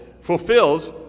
fulfills